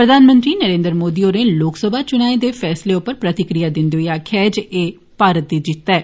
प्रधानमंत्री नरेन्द्र मोदी होरें लोकसभा चुनाएं दे फैसले उप्पर प्रतिक्रिया दिंदे होई आक्खेआ ऐ जे एह भारत दी जित्त ऐ